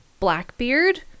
Blackbeard